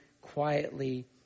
quietly